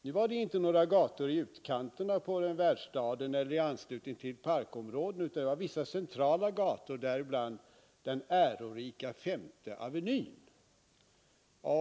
Nu var det inte några gator i utkanterna på världsstaden eller i anslutning till parkområden, utan det var vissa centrala gator, däribland den ärorika Femte avenyn.